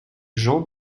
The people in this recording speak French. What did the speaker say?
gens